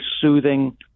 soothing